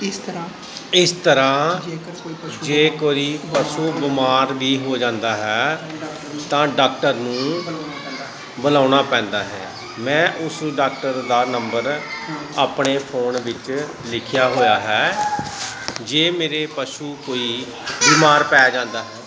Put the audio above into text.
ਇਸ ਤਰ੍ਹਾਂ ਜੇ ਕੋਈ ਪਸ਼ੂ ਬਿਮਾਰ ਵੀ ਹੋ ਜਾਂਦਾ ਹੈ ਤਾਂ ਡਾਕਟਰ ਨੂੰ ਬੁਲਾਉਣਾ ਪੈਂਦਾ ਹੈ ਮੈਂ ਉਸ ਡਾਕਟਰ ਦਾ ਨੰਬਰ ਆਪਣੇ ਫੋਨ ਵਿੱਚ ਲਿਖਿਆ ਹੋਇਆ ਹੈ ਜੇ ਮੇਰਾ ਪਸ਼ੂ ਕੋਈ ਬਿਮਾਰ ਪੈ ਜਾਂਦਾ ਹੈ